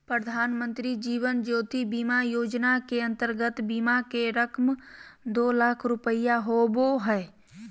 प्रधानमंत्री जीवन ज्योति बीमा योजना के अंतर्गत बीमा के रकम दो लाख रुपया होबो हइ